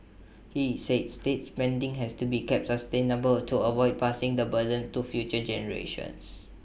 he said state spending has to be kept sustainable to avoid passing the burden to future generations